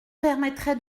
permettrait